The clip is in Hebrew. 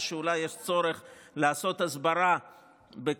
או שאולי יש צורך לעשות הסברה בקרב